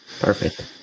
perfect